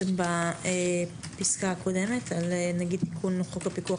ברשויות המקומיות יכולים לשלול שכר